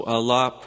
Allah